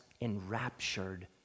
enraptured